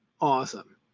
Awesome